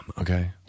okay